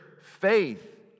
faith